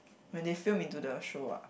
when they film into the show ah